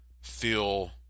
feel